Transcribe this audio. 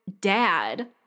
dad